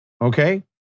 Okay